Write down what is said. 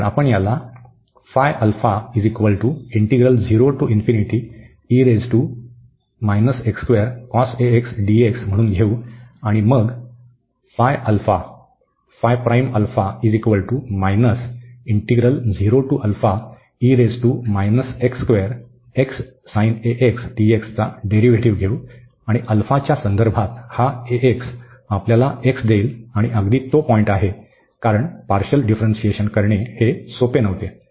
तर आपण याला म्हणून घेऊ आणि मग चा डेरीव्हेटिव घेऊ आणि α च्या संदर्भात हा ax आपल्याला x देईल आणि अगदी तो पॉईंट आहे कारण पार्शल डिफ्रन्सिएशन करणे हे सोपे नव्हते